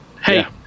hey